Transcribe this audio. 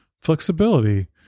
flexibility